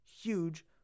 huge